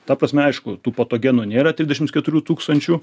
ta prasme aišku tų patogenų nėra trisdešims keturių tūkstančių